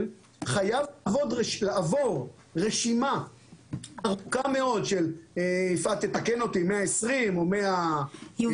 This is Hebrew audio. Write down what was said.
חייב לעבור רשימה ארוכה מאוד של 120 --- רגע,